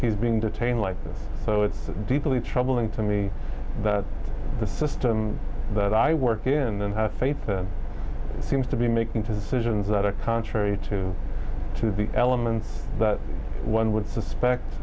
he's being detained like this so it's deeply troubling to me that the system that i work in and have faith seems to be making decisions that are contrary to the elements that one would suspect